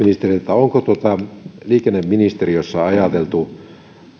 onko liikenneministeriössä ajateltu